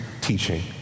teaching